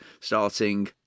starting